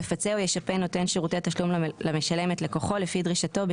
יפצה או ישפה נותן שירותי תשלום למשלם --- לפי דרישתו,